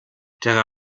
der